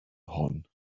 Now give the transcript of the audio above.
hon